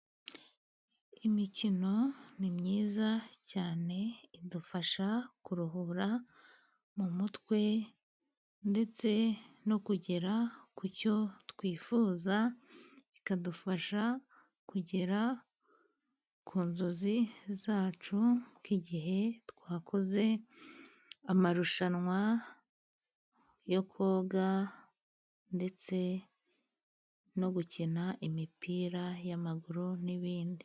Imikino ni myiza cyane idufasha kuruhura mu mutwe, ndetse no kugera ku cyo twifuza. Ikadufasha kugera ku nzozi zacu. Nk'igihe twakoze amarushanwa yo koga, ndetse no gukina imipira y'amaguru n'ibindi.